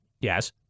Yes